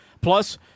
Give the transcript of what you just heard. plus